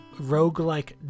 roguelike